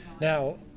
Now